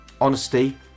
honesty